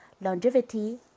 Longevity